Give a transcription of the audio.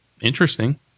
Interesting